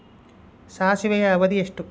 ಸಾಸಿವೆಯ ಅವಧಿ ಎಷ್ಟು?